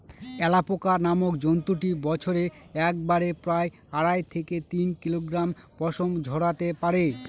alpaca নামক জন্তুটি বছরে একবারে প্রায় আড়াই থেকে তিন কিলোগ্রাম পশম ঝোরাতে পারে